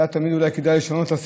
היה תמיד אולי כדאי לשנות את הסדר.